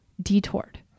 detoured